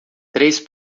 três